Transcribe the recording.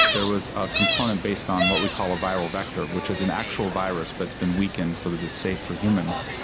there was a component based on what we call a viral vector which is an actual virus, but it's been weakened, so that it's safe for humans,